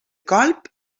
colp